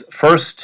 first